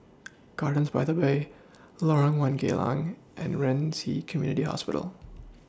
Gardens By The Bay Lorong one Geylang and Ren Ci Community Hospital